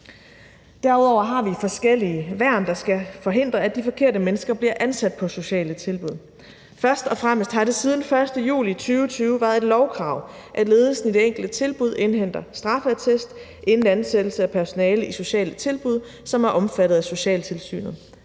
Derudover har vi forskellige værn, der skal forhindre, at de forkerte mennesker bliver ansat på sociale tilbud. Det har først og fremmest siden den 1. juli 2020 været et lovkrav, at ledelsen i det enkelte tilbud indhenter straffeattest inden ansættelse af personale i sociale tilbud, som er omfattet af socialtilsynet.